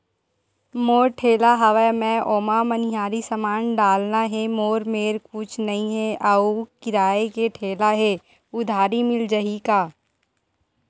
मोर पान ठेला हवय मैं ओमा मनिहारी समान डालना हे मोर मेर कुछ नई हे आऊ किराए के ठेला हे उधारी मिल जहीं का?